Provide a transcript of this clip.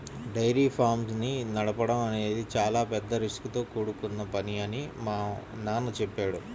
dairy farms ని నడపడం అనేది చాలా పెద్ద రిస్కుతో కూడుకొన్న పని అని మా నాన్న చెప్పాడు